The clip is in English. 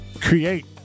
create